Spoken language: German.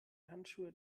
handschuhe